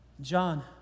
John